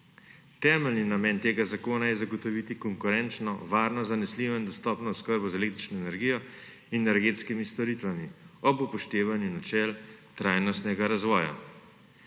Temeljni namen tega zakona je zagotoviti konkurenčno, varno, zanesljivo in dostopno oskrbo z električno energijo in energetskimi storitvami ob upoštevanju načel trajnostnega razvoja.